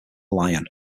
lion